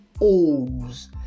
O's